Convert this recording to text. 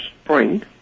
spring